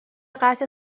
قطع